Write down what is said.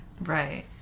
Right